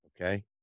Okay